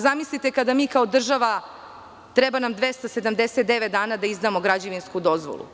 Zamislite kada nama kao državi treba 279 dana da izdamo građevinsku dozvolu.